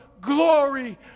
glory